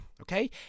okay